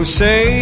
say